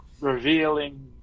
revealing